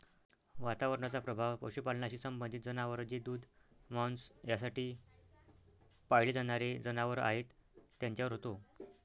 वातावरणाचा प्रभाव पशुपालनाशी संबंधित जनावर जे दूध, मांस यासाठी पाळले जाणारे जनावर आहेत त्यांच्यावर होतो